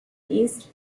east